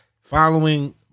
following